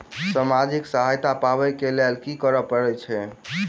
सामाजिक सहायता पाबै केँ लेल की करऽ पड़तै छी?